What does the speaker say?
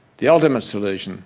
the ultimate solution